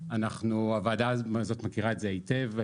הוועדה הזאת מכירה את זה היטב.